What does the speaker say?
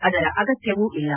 ಅದರ ಅಗತ್ತವೂ ಇಲ್ಲ